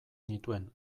nituen